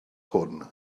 hwn